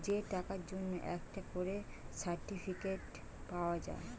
যে টাকার জন্যে একটা করে সার্টিফিকেট পাওয়া যায়